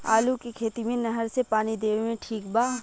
आलू के खेती मे नहर से पानी देवे मे ठीक बा?